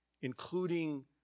including